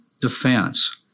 defense